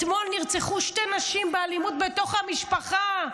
אתמול נרצחו שתי נשים באלימות בתוך המשפחה.